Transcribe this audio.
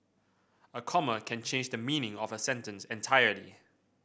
a comma can change the meaning of a sentence entirely